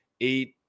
eight